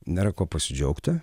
nėra kuo pasidžiaugti